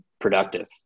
productive